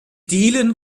dielen